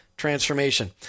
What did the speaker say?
Transformation